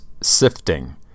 Sifting